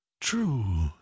true